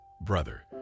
brother